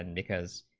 and because